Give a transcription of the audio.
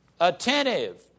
attentive